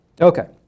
Okay